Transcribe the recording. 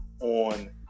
on